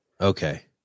okay